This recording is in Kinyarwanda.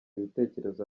ibitekerezo